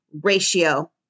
ratio